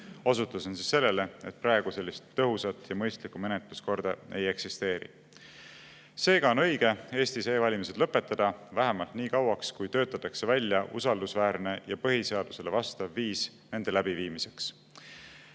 Osutasin sellele, et praegu sellist tõhusat ja mõistlikku menetluskorda ei eksisteeri. Seega on õige Eestis e-valimised lõpetada, vähemalt nii kauaks, kui töötatakse välja usaldusväärne ja põhiseadusele vastav viis nende läbiviimiseks.